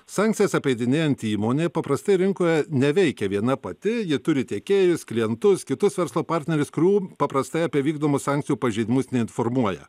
sankcijas apeidinėjanti įmonėje paprastai rinkoje neveikia viena pati ji turi tiekėjus klientus kitus verslo partnerius kurių paprastai apie vykdomus sankcijų pažeidimus neinformuoja